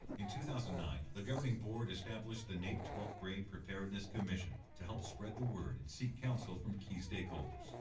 in two thousand and nine, the governing board established the naep twelfth grade preparedness commission to help spread the word and seek counsel from key stakeholders.